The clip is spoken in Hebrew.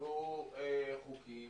שיקבעו חוקים